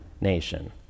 nation